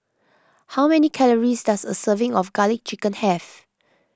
how many calories does a serving of Garlic Chicken have